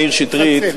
מאיר שטרית,